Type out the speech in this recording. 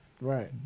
right